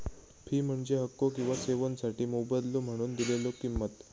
fee म्हणजे हक्को किंवा सेवोंसाठी मोबदलो म्हणून दिलेला किंमत